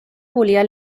volia